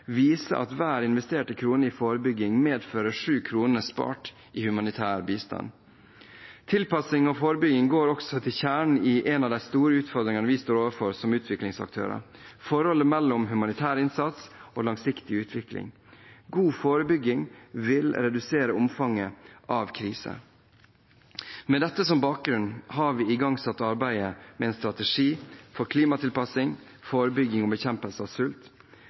viser at hver investerte krone i forebygging medfører 7 kr spart i humanitær bistand. Tilpasning og forebygging går også til kjernen i en av de store utfordringene vi står overfor som utviklingsaktører – forholdet mellom humanitær innsats og langsiktig utvikling. God forebygging vil redusere omfanget av kriser. Med dette som bakgrunn har vi igangsatt arbeidet med en strategi for klimatilpasning, forebygging og bekjempelse av sult.